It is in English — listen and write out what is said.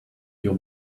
your